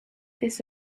this